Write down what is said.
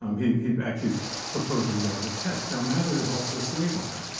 um he he actually proposes as a test. now, mather is also a slave owner,